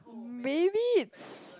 maybe it's